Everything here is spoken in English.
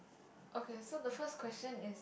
okay so the first question is